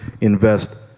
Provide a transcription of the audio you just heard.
invest